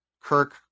Kirk